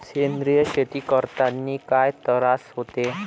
सेंद्रिय शेती करतांनी काय तरास होते?